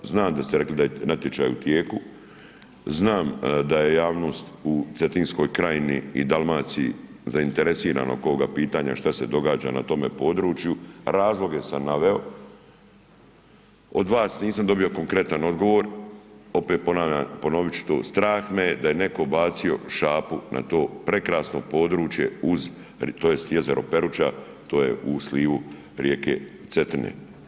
Znam da ste rekli da je natječaj u tijeku, znam da je javnost u Cetinskoj krajini i Dalmaciji zainteresirana oko ovoga pitanja šta se događa na tome području, razloge sam naveo, od vas nisam dobio konkretan odgovor, opet ponavljam i ponoviti ću to, strah me je da je netko bacio šapu na to prekrasno područje uz, tj. jezero Peruča to je u slivu rijeke Cetine.